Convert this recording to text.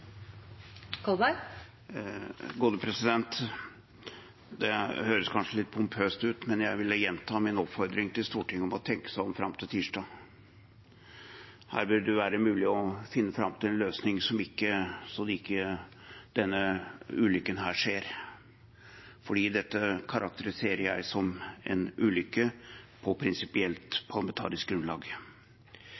Det høres kanskje litt pompøst ut, men jeg vil gjenta min oppfordring til Stortinget om å tenke seg om fram til tirsdag. Her vil det være mulig å finne fram til en løsning så ikke denne ulykken skjer. For dette karakteriserer jeg som en ulykke på prinsipielt